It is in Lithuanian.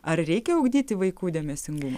ar reikia ugdyti vaikų dėmesingumą